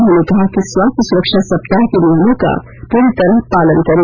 उन्होंने कहा कि स्वास्थ्य सुरक्षा सप्ताह के नियमों का पूरी तरह पालन करें